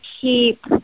keep